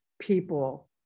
people